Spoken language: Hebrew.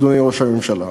אדוני ראש הממשלה.